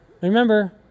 remember